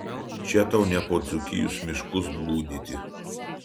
čia tau ne po dzūkijos miškus blūdyti